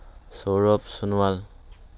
Sourav Sonowal